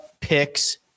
picks